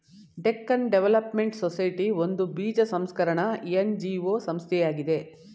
Deccan development society ಒಂದು ಬೀಜ ಸಂಸ್ಕರಣ ಎನ್.ಜಿ.ಒ ಸಂಸ್ಥೆಯಾಗಿದೆ